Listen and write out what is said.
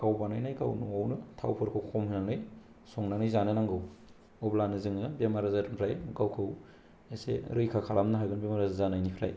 गाव बानायनाय गाव न'आवनो थावफोरखौ खम होनानै संनानै जानो नांगौ अब्लानो जोङो बेमार आजारनिफ्राय गावखौ एसे रैखा खालामनो हागोन बेराम आजार जानायनिफ्राय